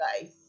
guys